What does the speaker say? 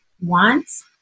wants